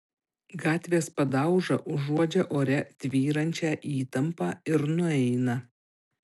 gatvės padauža užuodžia ore tvyrančią įtampą ir nueina